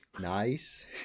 Nice